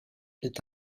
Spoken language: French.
est